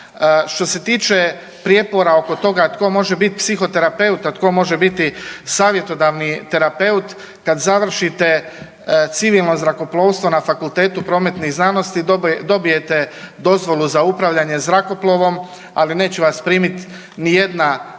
Što se tiče prijepora oko toga tko može biti psihoterapeut, a tko može biti savjetodavni terapeut, kad završite civilno zrakoplovstvo na Fakultetu prometnih znanosti dobijete dozvolu za upravljanje zrakoplovom, ali neće vas primiti nijedna